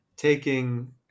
taking